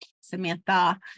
Samantha